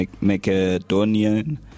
Macedonian